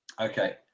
okay